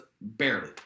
barely